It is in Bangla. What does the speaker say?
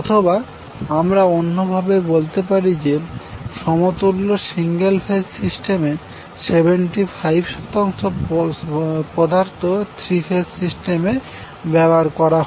অথবা আমরা অন্যভাবে বলতে পারি যে সমতুল্য সিঙ্গেল ফেজ সিস্টেমের 75 শতাংশ পদার্থ থ্রি ফেজ সিস্টেমে ব্যবহার করা হয়